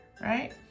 right